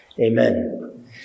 Amen